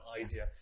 idea